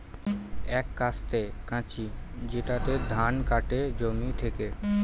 এক কাস্তে কাঁচি যেটাতে ধান কাটে জমি থেকে